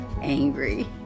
angry